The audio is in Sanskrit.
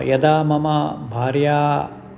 यदा मम भार्या